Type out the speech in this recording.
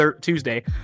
Tuesday